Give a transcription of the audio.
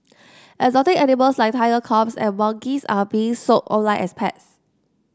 exotic animals like tiger cubs and monkeys are being sold online as pets